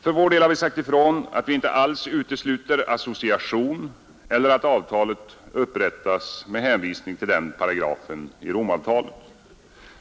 För vår del har vi sagt ifrån att vi inte alls utesluter association eller att avtalet upprättas med hänvisning till § 238 i Romavtalet.